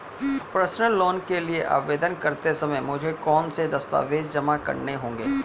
Personal loan के लिए आवेदन करते समय मुझे कौन से दस्तावेज़ जमा करने होंगे?